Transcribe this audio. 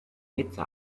hitze